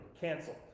canceled